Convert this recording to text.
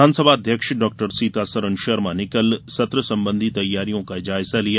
विधानसभा अध्यक्ष डाक्टर सीतासरन शर्मा ने कल सत्र संबंधी तैयारियों का जायजा लिया